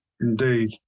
Indeed